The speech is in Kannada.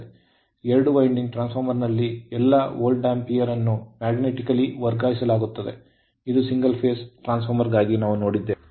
ಎರಡು winding ಅಂಕುಡೊಂಕಾದ ಟ್ರಾನ್ಸ್ಫಾರ್ಮರ್ ನಲ್ಲಿ ಎಲ್ಲಾ ವೋಲ್ಟ್ ಆಂಪಿರ್ ಅನ್ನು magnetically ಕಾಂತೀಯವಾಗಿ ವರ್ಗಾಯಿಸಲಾಗುತ್ತದೆ ಅದು ಸಿಂಗಲ್ ಫೇಸ್ ಟ್ರಾನ್ಸ್ ಫಾರ್ಮರ್ ಗಾಗಿ ನಾವು ನೋಡಿದ್ದೇವೆ